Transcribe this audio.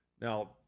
Now